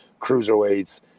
cruiserweights